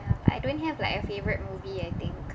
I don't have like a favorite movie I think